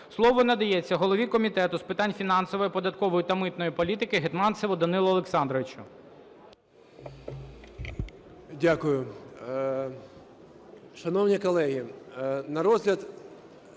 Слово надається голові Комітету з питань фінансової, податкової та митної політики Гетманцеву Данилу Олександровичу. 13:26:24 ГЕТМАНЦЕВ Д.О. Дякую. Шановні колеги, на розгляд